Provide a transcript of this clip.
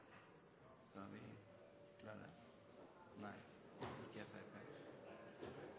Så her er det ikkje